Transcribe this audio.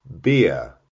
Beer